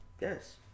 Yes